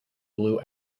blue